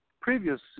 previous